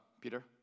Peter